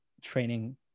training